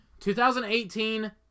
2018